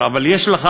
אבל זה אחד